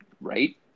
Right